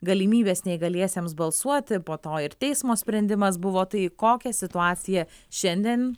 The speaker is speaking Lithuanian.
galimybės neįgaliesiems balsuoti po to ir teismo sprendimas buvo tai kokia situacija šiandien